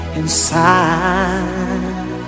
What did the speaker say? inside